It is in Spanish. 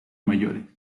mayores